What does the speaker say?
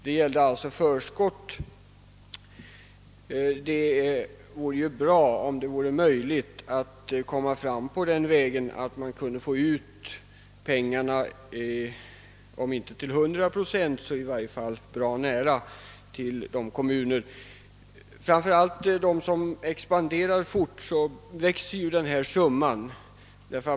Det gällde alltså förskott. Det vore ju bra, om man kunde få ut pengarna om inte till hundra procent så i varje fall med en procentsats bra nära den, Framför allt för de kommuner som expanderar fort växer denna summa.